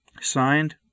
Signed